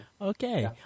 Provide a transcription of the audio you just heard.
Okay